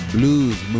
Blues